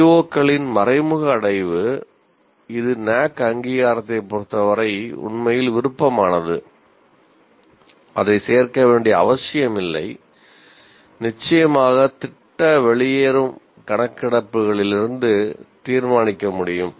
CO களின் மறைமுக அடைவு இது NAAC அங்கீகாரத்தைப் பொறுத்தவரை உண்மையில் விருப்பமானது அதை சேர்க்க வேண்டிய அவசியமில்லை நிச்சயமாக திட்ட வெளியேறும் கணக்கெடுப்புகளிலிருந்து தீர்மானிக்க முடியும்